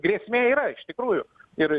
grėsmė yra iš tikrųjų ir